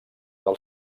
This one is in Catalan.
del